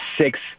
six